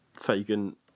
Fagan